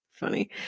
Funny